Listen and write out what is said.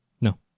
No